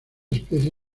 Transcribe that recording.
especie